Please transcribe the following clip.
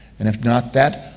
and if not that,